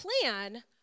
plan